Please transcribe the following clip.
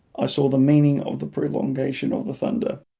i saw the meaning of the prolongation of the thunder,